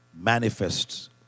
manifests